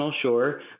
sure